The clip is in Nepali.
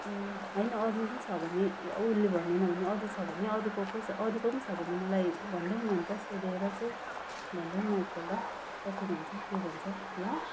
ए होइन अरू अरू पनि छ भने उसले भनेन भने अरू छ भने अरूको को छ अरूको पनि छ भने मलाई भनिदेऊ न अन्त सोधेर चाहिँ भनिदेऊ न एकपल्ट कति भन्छ के भन्छ ल